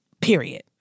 period